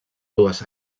dues